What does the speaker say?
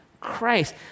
Christ